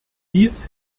dies